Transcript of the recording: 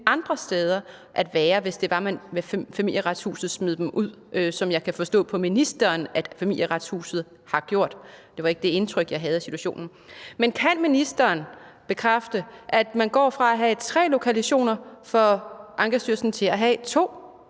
andre steder at være, hvis det var, at Familieretshuset smed dem ud, som jeg kan forstå på ministeren at Familieretshuset har gjort. Det var ikke det indtryk, jeg havde af situationen. Men kan ministeren bekræfte, at man går fra at have tre lokationer for Ankestyrelsen til at have to,